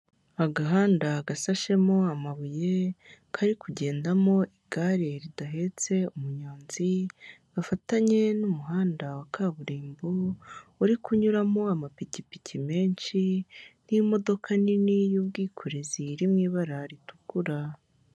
Agahanda gasashemo amabuye, kari kugendamo igare ridahetse umunyonzi, gafatanye n'umuhanda wa kaburimbo, uri kunyuramo amapikipiki menshi, n'imodoka nini y'ubwikorezi iri mu ibara ritukura.